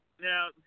Now